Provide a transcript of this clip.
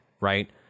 right